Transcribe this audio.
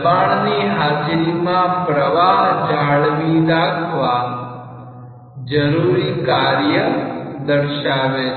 દબાણ ની હાજરીમાં પ્રવાહ જાળવી રાખવા જરૂરી કાર્ય દર્શાવે છે